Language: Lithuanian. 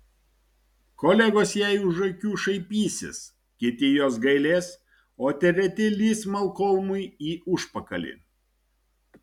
kolegos jai už akių šaipysis kiti jos gailės o treti lįs malkolmui į užpakalį